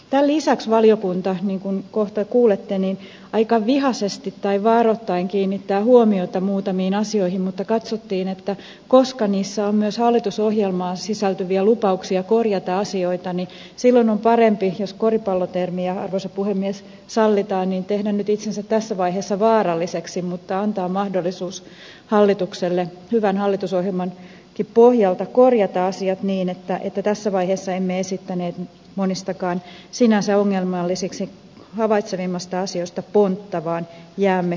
tämän lisäksi valiokunta niin kuin kohta kuulette aika vihaisesti tai varoittaen kiinnittää huomiota muutamiin asioihin mutta katsottiin että koska niissä on myös hallitusohjelmaan sisältyviä lupauksia korjata asioita niin silloin on parempi jos koripallotermi arvoisa puhemies sallitaan tehdä nyt itsensä tässä vaiheessa vaaralliseksi mutta antaa mahdollisuus hallitukselle hyvän hallitusohjelmankin pohjalta korjata asiat niin että tässä vaiheessa emme esittäneet monistakaan sinänsä ongelmallisiksi havaitsemistamme asioista pontta vaan jäämme kuulolle